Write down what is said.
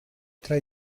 tra